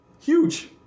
huge